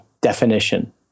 definition